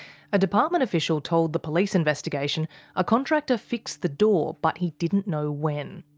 a department official told the police investigation a contractor fixed the door but he didn't know when.